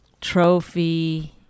trophy